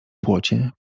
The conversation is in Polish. płocie